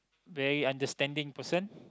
very understanding person